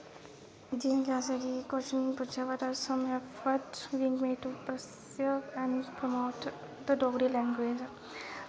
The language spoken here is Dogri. जियां कि असेंगी क्वेच्शन पुच्छेआ कि what are the some effort being made to preserve and promote the Dogri language